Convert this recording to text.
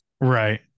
Right